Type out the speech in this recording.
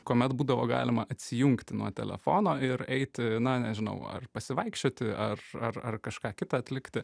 kuomet būdavo galima atsijungti nuo telefono ir eiti na nežinau ar pasivaikščioti ar ar ar kažką kitą atlikti